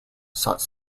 sought